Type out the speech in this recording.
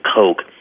coke